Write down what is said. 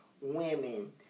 women